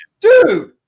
Dude